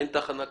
אין תחנה כזו.